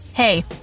Hey